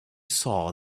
saw